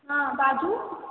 हॅं बाजू